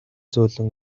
зөөлөн